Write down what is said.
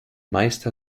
meister